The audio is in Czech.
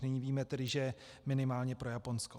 Nyní víme tedy, že minimálně pro Japonsko.